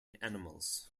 animals